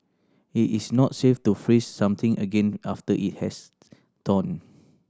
it is not safe to freeze something again after it has thawed